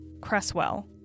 Cresswell